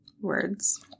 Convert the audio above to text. words